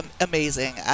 amazing